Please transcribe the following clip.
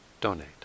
donate